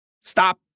Stop